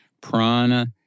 prana